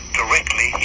directly